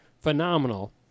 phenomenal